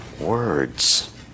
words